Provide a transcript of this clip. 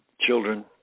children